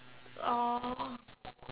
oh